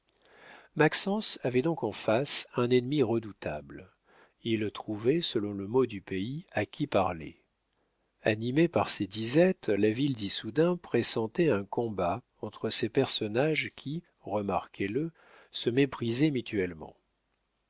maxence avait donc en face un ennemi redoutable il trouvait selon le mot du pays à qui parler animée par ses disettes la ville d'issoudun pressentait un combat entre ces personnages qui remarquez-le se méprisaient mutuellement